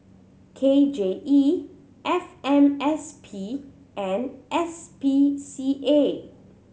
K J E F M S P and S P C A